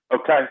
okay